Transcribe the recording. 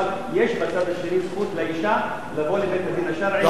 אבל יש בצד השני זכות לאשה לבוא ולבית-הדין השרעי ולבקש,